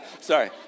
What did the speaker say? Sorry